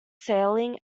sailing